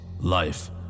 life